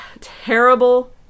terrible